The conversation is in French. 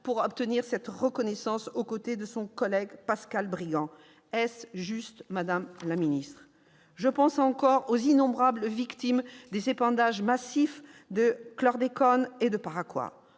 pour obtenir cette reconnaissance aux côtés de son collègue Pascal Brigand. Est-ce juste, madame la ministre ? Je pense encore aux innombrables victimes des épandages massifs de chlordécone et de paraquat,